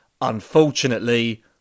Unfortunately